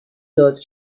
داد